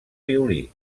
violí